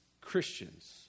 Christians